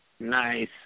Nice